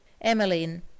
emmeline